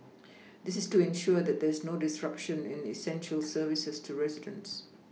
this is to ensure that there is no disruption in essential services to residents